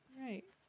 Right